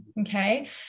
Okay